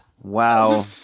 Wow